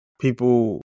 people